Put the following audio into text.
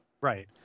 Right